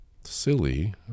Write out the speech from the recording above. silly